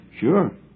Sure